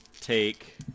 take